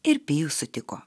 ir pijus sutiko